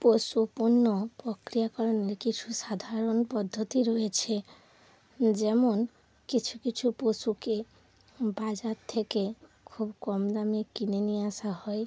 পশুপণ্য পক্রিকরণের কিছু সাধারণ পদ্ধতি রয়েছে যেমন কিছু কিছু পশুকে বাজার থেকে খুব কম দামে কিনে নিয়ে আসা হয়